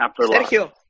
Sergio